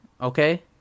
Okay